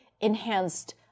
enhanced